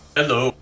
Hello